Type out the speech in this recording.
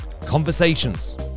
Conversations